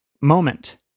moment